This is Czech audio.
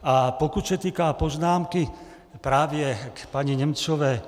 A pokud se týká poznámky, právě k paní Němcové.